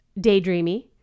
daydreamy